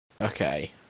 Okay